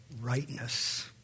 rightness